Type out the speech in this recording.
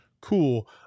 Cool